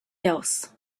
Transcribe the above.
else